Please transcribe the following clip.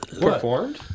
Performed